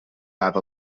have